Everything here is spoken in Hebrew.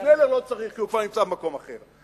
שנלר לא צריך כי הוא כבר נמצא במקום אחר,